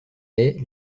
est